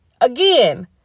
again